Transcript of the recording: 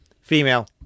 female